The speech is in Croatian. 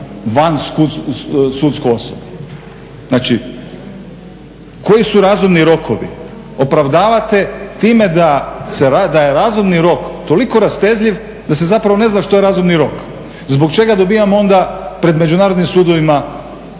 vansudsku … Znači koji su razumni rokovi? Opravdavate time da je razumni rok toliko rastezljiv da se zapravo ne zna što je razumni rok zbog čega dobivamo onda pred međunarodnim sudovima